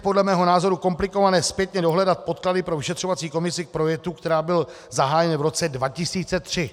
Podle mého názoru teď bude komplikované zpětně dohledat podklady pro vyšetřovací komisi k projektu, který byl zahájen v roce 2003.